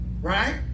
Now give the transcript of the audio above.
Right